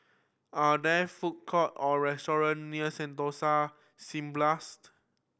are there food court or restaurant near Sentosa Cineblast